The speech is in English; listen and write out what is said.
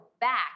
back